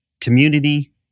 community